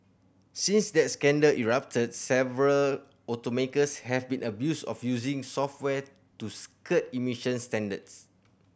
since that scandal erupted several automakers have been abused of using software to skirt emissions standards